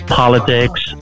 politics